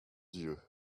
dieu